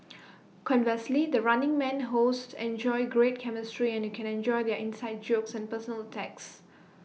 conversely the running man hosts enjoy great chemistry and you can enjoy their inside jokes and personal attacks